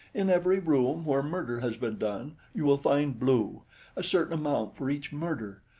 in every room where murder has been done you will find blue a certain amount for each murder.